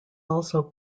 also